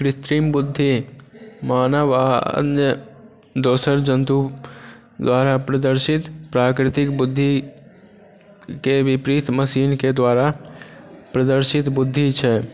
कृत्रिम बुद्धि मानव आओर अन्य दोसर जन्तु द्वारा प्रदर्शित प्राकृतिक बुद्धिके विपरीत मशीनके द्वारा प्रदर्शित बुद्धि छै